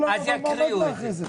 יקריאו את זה.